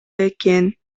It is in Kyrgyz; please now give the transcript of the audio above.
экен